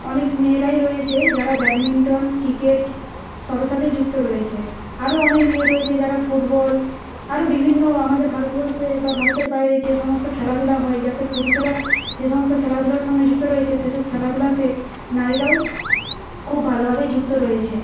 অনেক মেয়েরাই রয়েছে যারা ব্যাডমিন্টন ক্রিকেট সবের সাথেই যুক্ত রয়েছে আরও অনেক মেয়ে রয়েছে যারা ফুটবল আরও বিভিন্ন আমাদের ভারতবর্ষে বা ভারতের বাইরে যে সমস্ত খেলাধূলা হয় যাতে পুরুষেরা যে সমস্ত খেলাধূলার সঙ্গে যুক্ত রয়েছে সেসব খেলাধূলাতে নারীরাও খুব ভালোভাবেই যুক্ত রয়েছে